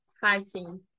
fighting